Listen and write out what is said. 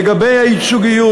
לגבי הייצוגיות,